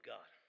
God